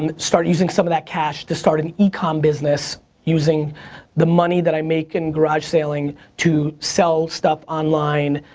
um start using some of that cash to start an ecom business using the money that i make in garage saling to sell stuff online.